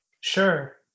Sure